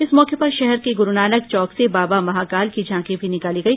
इस मौके पर शहर के गुरूनानक चौक से बाबा महाकाल की झांकी भी निकाली गई